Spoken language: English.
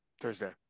Thursday